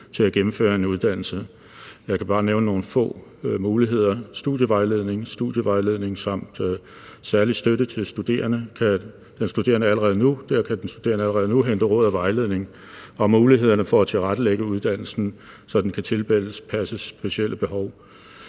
til at gennemføre en uddannelse. Jeg kan bare nævne nogle få muligheder: studievejledning samt særlig støtte til studerende – der kan den studerende allerede nu hente råd og vejledning om mulighederne for at tilrettelægge uddannelsen, så den kan tilpasses specielle behov